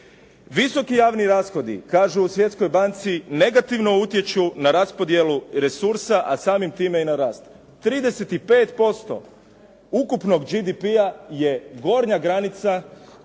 Visoki javni rashodi, kažu u Svjetskoj banci, negativno utječu na raspodjelu resursa, a samim time i na rast. 35% ukupnog GDP-a je gornja granica na